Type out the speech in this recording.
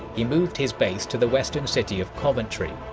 he moved his base to the western city of coventry.